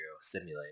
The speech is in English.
simulate